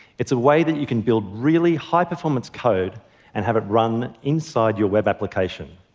it's a way that you can build really high-performance code and have it run inside your web application.